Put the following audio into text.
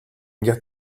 get